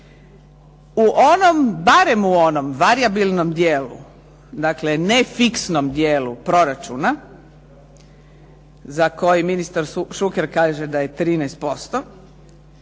U onom, barem u onom varijabilnom dijelu, dakle ne fiksnom dijelu proračuna, za koji ministar Šuker kaže da je 13%,